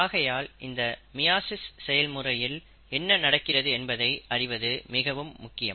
ஆகையால் இந்த மியாசிஸ் செயல்முறையில் என்ன நடக்கிறது என்பதை அறிவது மிகவும் முக்கியம்